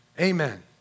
Amen